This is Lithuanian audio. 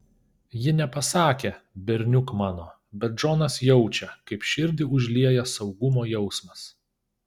ji nepasakė berniuk mano bet džonas jaučia kaip širdį užlieja saugumo jausmas